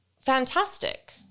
fantastic